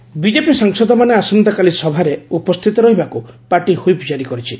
BJP whip BJP ସାଂସଦମାନେ ଆସନ୍ତାକାଲି ସଭାରେ ଉପସ୍ଥିତ ରହିବାକୁ ପାର୍ଟି ହ୍ୱିପ୍ ଜାରି କରିଛି